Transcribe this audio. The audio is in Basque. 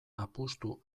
apustu